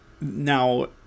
Now